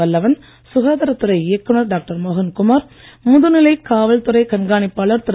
வல்லவன் சுகாதாரத் துறை இயக்குநர் டாக்டர் மோகன் குமார் முதுநிலை காவல் துறை கண்காணிப்பாளர் திரு